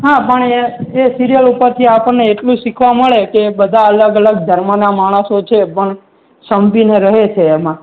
હા પણ એ એ સિરિયલ ઉપરથી આપણને એટલું શીખવા મળે કે બધા અલગ અલગ ધર્મનાં માણસો છે પણ સંપીને રહે છે એમાં